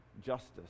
justice